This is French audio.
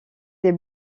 des